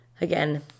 again